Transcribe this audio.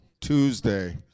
Tuesday